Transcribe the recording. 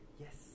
Yes